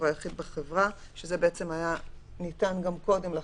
היחיד בחברה -- שזה בעצם היה ניתן גם קודם לכן,